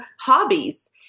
hobbies